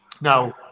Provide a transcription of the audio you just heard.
Now